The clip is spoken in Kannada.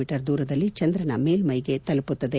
ಮೀ ದೂರದಲ್ಲಿ ಚಂದ್ರನ ಮೇಲ್ಟೈಗೆ ತಲುಪುತ್ತದೆ